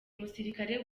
musirikare